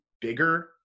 bigger